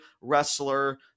wrestler